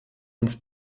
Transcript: uns